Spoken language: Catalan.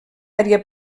àrea